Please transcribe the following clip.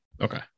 Okay